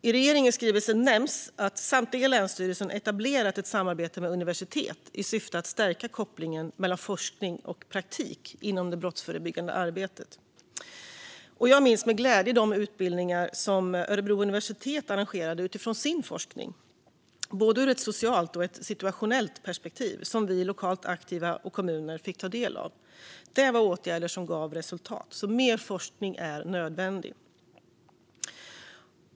I regeringens skrivelse nämns att samtliga länsstyrelser etablerat ett samarbete med universitet i syfte att stärka kopplingen mellan forskning och praktik inom det brottsförebyggande arbetet. Jag minns med glädje de utbildningar som Örebro universitet arrangerade utifrån sin forskning, både ur ett socialt och ur ett situationellt perspektiv som vi lokalt aktiva i kommuner fick ta del av. Det var åtgärder som gav resultat. Mer forskning är alltså nödvändig.